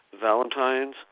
Valentine's